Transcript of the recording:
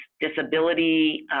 disability